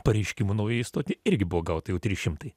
pareiškimų naujai įstoti irgi buvo gauta jau trys šimtai